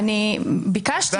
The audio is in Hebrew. ביקשתי.